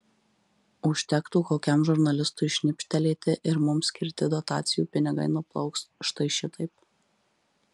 užtektų kokiam žurnalistui šnipštelėti ir mums skirti dotacijų pinigai nuplauks štai šitaip